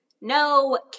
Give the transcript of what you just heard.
No